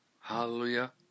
Hallelujah